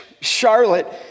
Charlotte